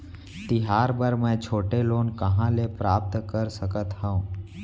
तिहार बर मै छोटे लोन कहाँ ले प्राप्त कर सकत हव?